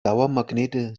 dauermagnete